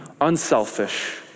Unselfish